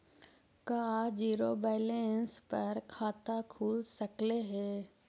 का zero balance पर खाता खुल सकले हे?